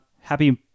Happy